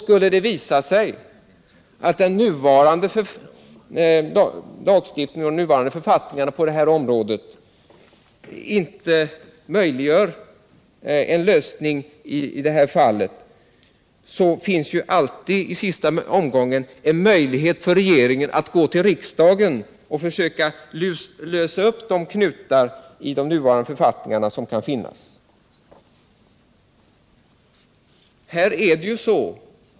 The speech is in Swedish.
Skulle det visa sig att den nuvarande lagstiftningen och de nuvarande författningarna på arbetsmarknadsområdet inte möjliggör en lösning i detta fall, så kan regeringen gå till riksdagen och där lösa upp de knutar som eventuellt kan finnas.